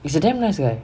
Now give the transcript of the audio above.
he's a damn nice guy